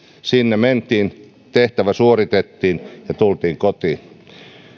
sinne mentiin tehtävä suoritettiin ja tultiin kotiin